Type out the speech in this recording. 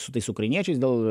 su tais ukrainiečiais dėl